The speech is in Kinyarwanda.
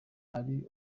ari